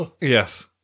yes